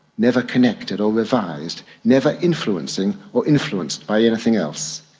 never connected or revised, never influencing or influenced by anything else.